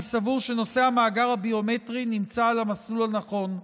אני סבור שנושא המאגר הביומטרי נמצא על המסלול הנכון.